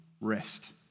rest